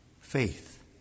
faith